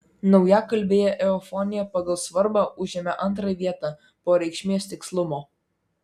naujakalbėje eufonija pagal svarbą užėmė antrą vietą po reikšmės tikslumo